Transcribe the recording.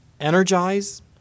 energize